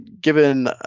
given